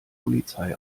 polizei